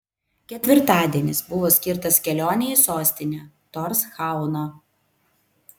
ketvirtadienis buvo skirtas kelionei į sostinę torshauną